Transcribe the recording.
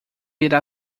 irá